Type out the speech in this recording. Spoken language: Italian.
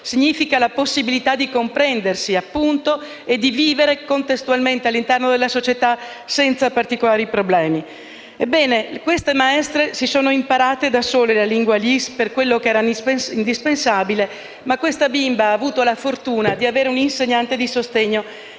significa la possibilità di comprendersi, appunto, e di vivere contestualmente all'interno della società senza particolari problemi. Ebbene queste maestre hanno imparato da sole la lingua LIS per quello che era indispensabile, ma questa bimba ha avuto la fortuna di avere una insegnante di sostegno